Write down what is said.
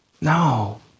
No